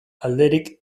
alderik